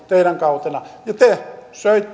teidän kaudellanne te